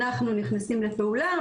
אנחנו נכנסים לפעולה,